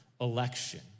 election